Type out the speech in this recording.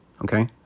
okay